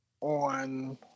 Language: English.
on